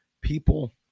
people